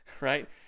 right